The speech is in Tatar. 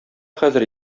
хәзер